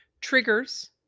triggers